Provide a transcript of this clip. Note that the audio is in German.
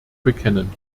bekennen